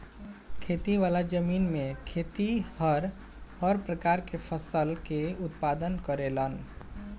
खेती वाला जमीन में खेतिहर हर प्रकार के फसल के उत्पादन करेलन